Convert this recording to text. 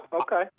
okay